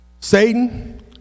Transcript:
Satan